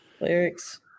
Lyrics